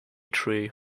tree